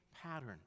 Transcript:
pattern